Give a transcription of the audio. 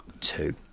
two